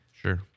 Sure